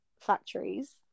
factories